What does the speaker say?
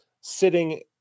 sitting